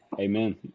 amen